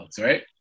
right